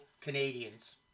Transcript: Canadians